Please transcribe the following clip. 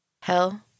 Hell